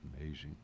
amazing